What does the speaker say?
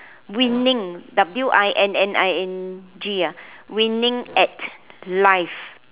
winning w_i_n_n_i_n_g ya winning at life